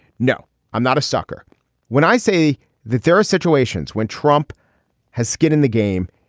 no i'm not a sucker when i say that there are situations when trump has skin in the game.